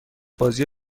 بازی